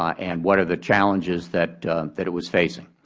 um and what are the challenges that that it was facing.